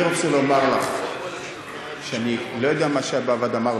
אני רוצה לומר לך שאני לא יודע מה שי באב"ד אמר,